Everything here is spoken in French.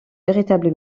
véritable